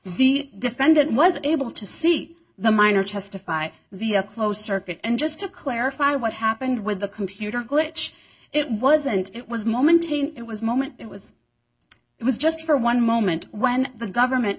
the defendant was able to see the miner testify via closed circuit and just to clarify what happened with the computer glitch it wasn't it was moment tain it was moment it was it was just for one moment when the government